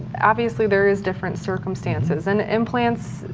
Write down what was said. obviously there is different circumstances and implant,